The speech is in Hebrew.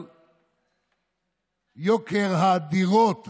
על יוקר הדירות המשווע,